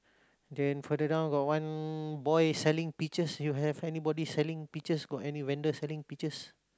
then further down got one boy selling peaches you have anybody selling peaches got any vendor selling peaches